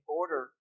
order